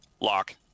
Lock